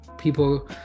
people